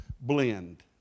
Blend